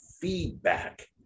feedback